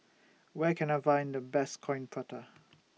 Where Can I Find The Best Coin Prata